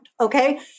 okay